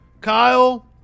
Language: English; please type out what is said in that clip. Kyle